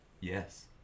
Yes